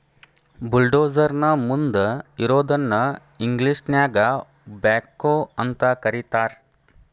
bulldozer ನ ಮುಂದ್ ಇರೋದನ್ನ ಇಂಗ್ಲೇಷನ್ಯಾಗ ಬ್ಯಾಕ್ಹೊ ಅಂತ ಕರಿತಾರ್